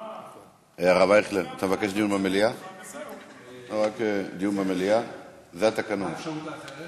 אה, אז מההתחלה היה אפשר לצלם אותך